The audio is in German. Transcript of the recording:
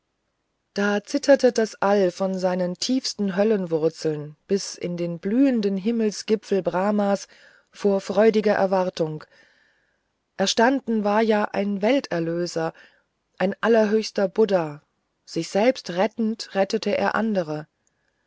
da zitterte das all von seinen tiefsten höllenwurzeln bis in den blühenden himmelsgipfel brahmas vor freudiger erwartung erstanden war ja ein welterlöser ein allerhöchster buddha sich selbst rettend rettete er andere